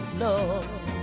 love